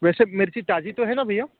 वैसे मिर्ची ताज़ी तो है ना भैया